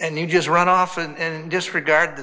and you just run off and disregard the